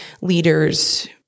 leaders